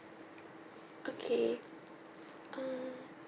okay uh